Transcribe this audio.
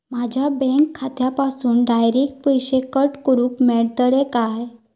माझ्या बँक खात्यासून डायरेक्ट पैसे कट करूक मेलतले काय?